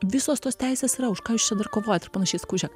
visos tos teisės yra už ką jūs čia dar kovojat ir panašiai sakau žiek